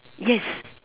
yes